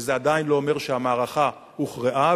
וזה עדיין לא אומר שהמערכה הוכרעה,